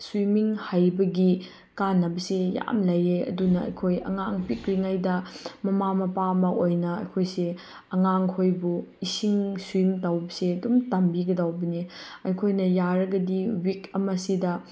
swimming ꯍꯩꯕꯒꯤ ꯀꯥꯟꯅꯕꯁꯦ ꯌꯥꯝ ꯂꯩ ꯑꯗꯨꯅ ꯑꯩꯈꯣꯏ ꯑꯉꯥꯡ ꯄꯤꯛꯂꯤꯉꯩꯗ ꯃꯃꯥ ꯃꯄꯥ ꯑꯃ ꯑꯣꯏꯅ ꯑꯩꯈꯣꯏꯁꯦ ꯑꯉꯥꯡ ꯈꯣꯏꯕꯨ ꯏꯁꯤꯡ ꯁ꯭ꯋꯤꯝ ꯇꯧꯕꯁꯦ ꯑꯗꯨꯝ ꯇꯝꯕꯤꯒꯗꯧꯕꯅꯦ ꯑꯩꯈꯣꯏꯅ ꯌꯥꯔꯒꯗꯤ ꯋꯤꯛ ꯑꯃꯁꯤꯗ